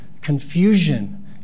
confusion